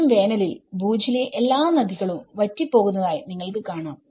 കൊടുംവേനലിൽ ഭൂജിലെ എല്ലാ നദികളും വറ്റി പോകുന്നതായി നിങ്ങൾക്ക് കാണാം